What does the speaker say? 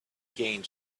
gained